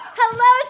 hello